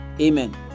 Amen